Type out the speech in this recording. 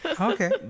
Okay